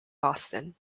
boston